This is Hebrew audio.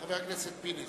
חבר הכנסת פינס.